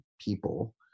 people